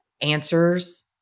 answers